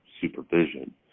supervision